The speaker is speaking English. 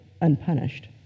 unpunished